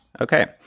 Okay